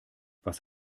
was